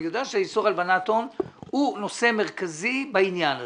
אני יודע שאיסור הלבנת הון הוא נושא מרכזי בעניין הזה.